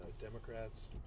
Democrats